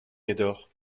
médor